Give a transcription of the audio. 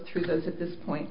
through those at this point